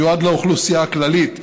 המיוחד לאוכלוסייה הכללית,